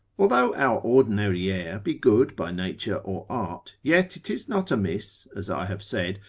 although our ordinary air be good by nature or art, yet it is not amiss, as i have said,